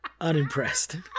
unimpressed